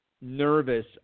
nervous